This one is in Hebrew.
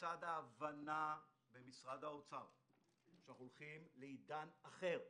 לצד ההבנה במשרד האוצר שאנחנו הולכים לעידן אחר,